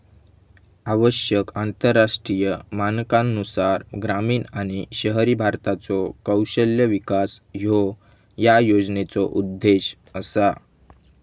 आवश्यक आंतरराष्ट्रीय मानकांनुसार ग्रामीण आणि शहरी भारताचो कौशल्य विकास ह्यो या योजनेचो उद्देश असा